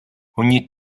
ogni